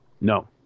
No